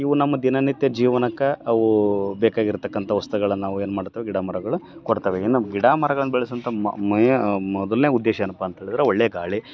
ಇವು ನಮ್ಮ ದಿನನಿತ್ಯ ಜೀವನಕ್ಕೆ ಅವು ಬೇಕಾಗಿರತಕ್ಕಂಥ ವಸ್ತುಗಳನ್ನ ನಾವು ಏನು ಮಾಡ್ತೀವಿ ಗಿಡಮರಗಳು ಕೊಡ್ತವೆ ಏನು ಗಿಡಮರಗಳ್ನ ಬೆಳೆಸೊಂಥ ಮಯ ಮೊದಲನೇ ಉದ್ದೇಶ ಏನಪ್ಪ ಅಂತ ಹೇಳಿದ್ರೆ ಒಳ್ಳೆಯ ಗಾಳಿ